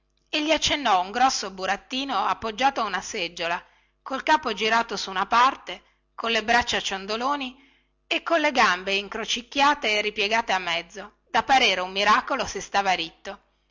e gli accennò un grosso burattino appoggiato a una seggiola col capo girato sur una parte con le braccia ciondoloni e con le gambe incrocicchiate e ripiegate a mezzo da parere un miracolo se stava ritto